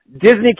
Disney